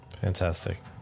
Fantastic